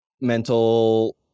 mental